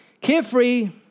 carefree